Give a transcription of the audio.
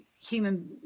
human